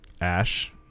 Ash